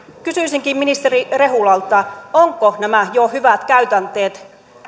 kysyisinkin ministeri rehulalta ovatko nämä jo hyvät käytänteet